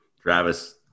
Travis